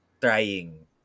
trying